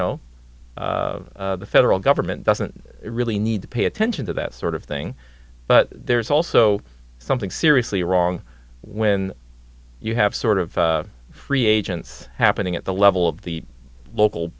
know the federal government doesn't really need to pay attention to that sort of thing but there's also something seriously wrong when you have sort of free agents happening at the level of the local